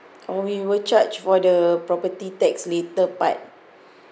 orh we were charged for the property tax later part